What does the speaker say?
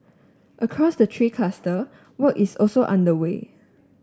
across the three cluster work is also underway